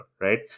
right